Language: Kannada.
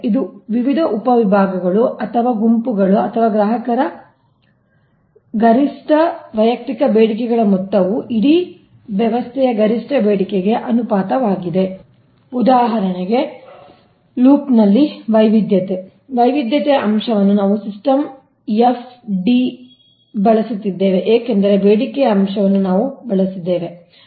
ಇದು ವಿವಿಧ ಉಪವಿಭಾಗಗಳು ಅಥವಾ ಗುಂಪುಗಳು ಅಥವಾ ಗ್ರಾಹಕರ ವೈಯಕ್ತಿಕ ಗರಿಷ್ಠ ಬೇಡಿಕೆಗಳ ಮೊತ್ತವು ಇಡೀ ವ್ಯವಸ್ಥೆಯ ಗರಿಷ್ಟ ಬೇಡಿಕೆಗೆ ಅನುಪಾತವಾಗಿದೆ ಉದಾಹರಣೆಗೆ ಲೂಪ್ನಲ್ಲಿ ವೈವಿಧ್ಯತೆ ವೈವಿಧ್ಯತೆಯ ಅಂಶವನ್ನು ನಾವು ಸಿಸ್ಟಮ್ FD ಬಳಸುತ್ತಿದ್ದೇವೆ ಏಕೆಂದರೆ ಬೇಡಿಕೆಯ ಅಂಶವನ್ನು ನಾವು ಬಳಸಿದ್ದೇವೆRefer Time 0203 DF